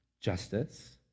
justice